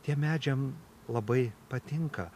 tie medžiam labai patinka